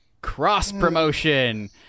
cross-promotion